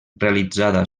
realitzada